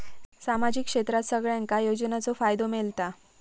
सामाजिक क्षेत्रात सगल्यांका योजनाचो फायदो मेलता?